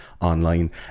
online